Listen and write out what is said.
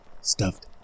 stuffed